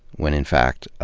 when in fact,